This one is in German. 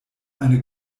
eine